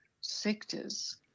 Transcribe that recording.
sectors